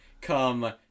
come